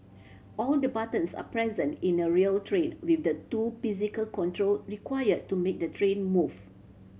all the buttons are present in a real train with the two physical control require to make the train move